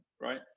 right